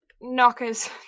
knockers